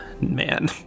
Man